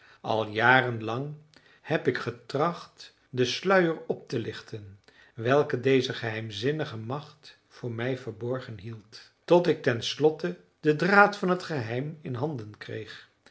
al jaren lang heb ik getracht den sluier op te lichten welke deze geheimzinnige macht voor mij verborgen hield tot ik ten slotte den draad van t geheim in handen kreeg